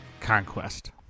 conquest